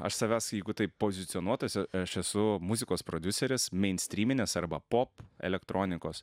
aš savęs jeigu taip pozicionuotis aš esu muzikos prodiuseris meinstryminės arba pop elektronikos